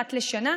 אחת לשנה.